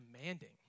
demanding